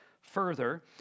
Further